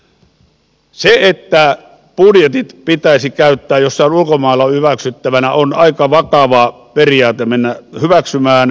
se että budjetit pitäisi käyttää jossain ulkomailla hyväksyttävänä on aika vakava periaate mennä hyväksymään